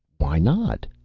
why not?